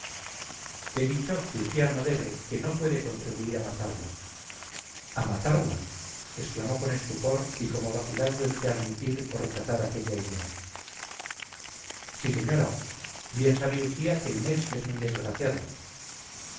he dicho que usía no debe que no puede contribuir a matarla a matarla exclamó con estupor y como vacilando entre admitir o rechazar aquella idea sí señora bien sabe usía que inés es muy desgraciada